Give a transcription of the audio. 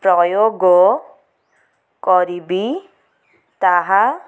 ପ୍ରୟୋଗ କରିବି ତାହା